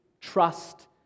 trust